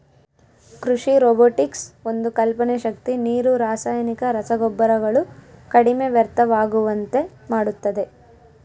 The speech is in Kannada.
ಕೃಷಿ ರೊಬೊಟಿಕ್ಸ್ ಒಂದು ಕಲ್ಪನೆ ಶಕ್ತಿ ನೀರು ರಾಸಾಯನಿಕ ರಸಗೊಬ್ಬರಗಳು ಕಡಿಮೆ ವ್ಯರ್ಥವಾಗುವಂತೆ ಮಾಡುತ್ತದೆ